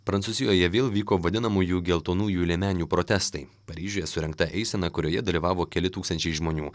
prancūzijoje vėl vyko vadinamųjų geltonųjų liemenių protestai paryžiuje surengta eisena kurioje dalyvavo keli tūkstančiai žmonių